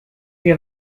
wir